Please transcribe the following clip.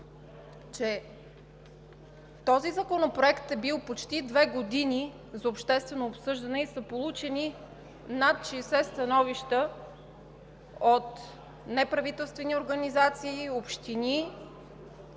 този законопроект е бил за обществено обсъждане и са получени над 60 становища от неправителствени организации, общини,